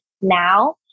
now